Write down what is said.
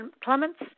Clements